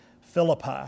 Philippi